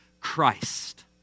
Christ